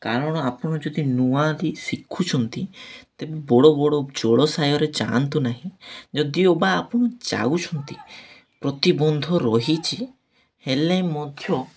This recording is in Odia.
କାରଣ ଆପଣ ଯଦି ନୂଆଁକି ଶିଖୁଛନ୍ତି ତେବେ ବଡ଼ ବଡ଼ ଜଳାଶୟରେ ଯାଆନ୍ତୁ ନାହିଁ ଯଦି ଓ ବା ଆପଣ ଯାଉଛନ୍ତି ପ୍ରତିିବନ୍ଧ ରହିଚି ହେଲେ ମଧ୍ୟ